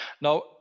Now